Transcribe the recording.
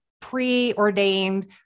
preordained